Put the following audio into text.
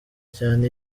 cyane